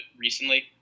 recently